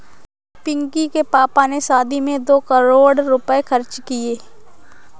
पिंकी के पापा ने शादी में दो करोड़ रुपए खर्च किए